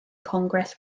congress